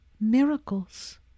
miracles